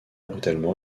brutalement